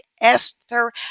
Esther